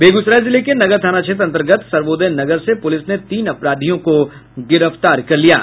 बेगूसराय जिले के नगर थाना क्षेत्र अंतर्गत सर्वोदय नगर से पुलिस ने तीन अपराधियों ने गिरफ्तार किया है